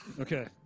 Okay